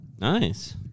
Nice